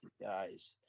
guys